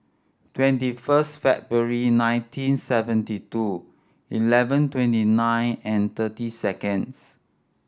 twenty first February nineteen seventy two eleven twenty nine and thirty seconds